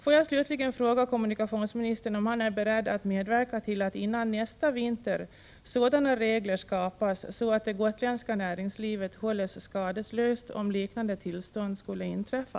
Får jag slutligen fråga kommunikationsministern om han är beredd att medverka till att det innan nästa vinter skapas sådana regler att det gotländska näringslivet hålls skadeslöst om ett liknande tillstånd skulle inträffa.